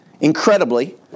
Incredibly